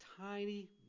tiny